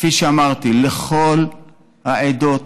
כפי שאמרתי, לכל העדות